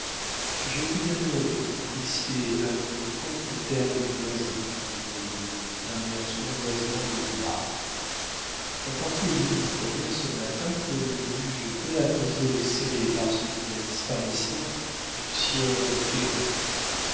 j'ai été bien heureux que vous prissiez à votre compte le terme du voisin dit molineux d'un air sournoisement goguenard mon portier est venu me prévenir ce matin que le juge de paix apposait les scellés par suite de la disparition du sieur cayron